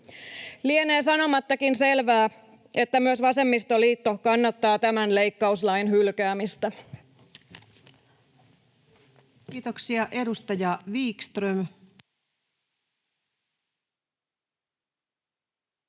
Lienee sanomattakin selvää, että myös vasemmistoliitto kannattaa tämän leikkauslain hylkäämistä. [Speech 11] Speaker: